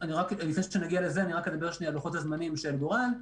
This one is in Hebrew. לפני שנגיע לזה אני רק אדבר על לוחות הזמנים של גורל.